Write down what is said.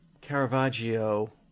Caravaggio